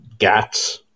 Gats